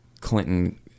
Clinton